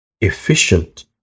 efficient